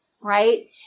right